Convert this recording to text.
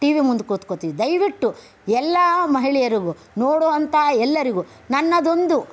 T V ಮುಂದೆ ಕೂತ್ಕೋತೀವಿ ದಯವಿಟ್ಟು ಎಲ್ಲ ಮಹಿಳೆಯರಿಗೂ ನೋಡೋವಂಥ ಎಲ್ಲರಿಗೂ ನನ್ನದೊಂದು